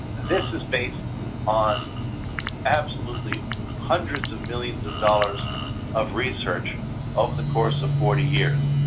this is based on absolutely hundreds of millions of dollars of research over the course of forty years.